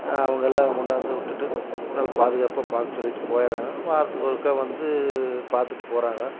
அவங்கள்லாம் கொண்டாந்து விட்டுட்டு நல்ல பாதுகாப்பாக பார்க்க சொல்லிட்டு போய்ட்றாங்க வாரத்துக்கு ஒருக்கா வந்து பார்த்துட்டு போறாங்க